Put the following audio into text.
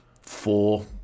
four